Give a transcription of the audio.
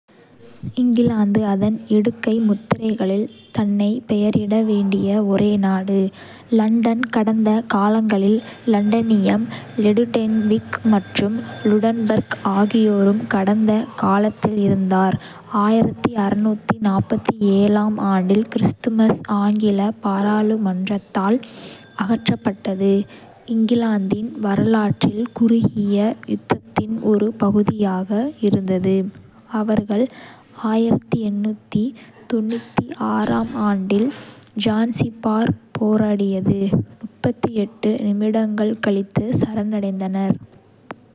இங்கிலாந்து அதன் இடுகை முத்திரைகளில் தன்னை பெயரிட வேண்டிய ஒரே நாடு. லண்டன் கடந்த காலங்களில் லண்டனியம், லுடென்ன்விக் மற்றும் லுடன்பர்க் ஆகியோரும் கடந்த காலத்தில் இருந்தார். ஆம் ஆண்டில், கிறிஸ்துமஸ் ஆங்கில பாராளுமன்றத்தால் அகற்றப்பட்டது. இங்கிலாந்தின் வரலாற்றில் குறுகிய யுத்தத்தின் ஒரு பகுதியாக இருந்தது; அவர்கள் ஆம் ஆண்டில் ஜான்சிபார் போராடியது, நிமிடங்கள் கழித்து சரணடைந்தனர்.